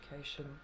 education